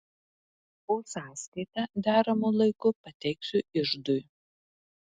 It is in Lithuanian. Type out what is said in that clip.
o sąskaitą deramu laiku pateiksiu iždui